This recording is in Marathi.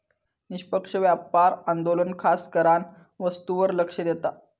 निष्पक्ष व्यापार आंदोलन खासकरान वस्तूंवर लक्ष देता